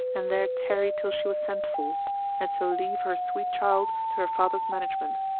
and there tarry till she was sent for and so leave her sweet child to her father's management.